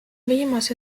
viimase